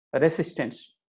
resistance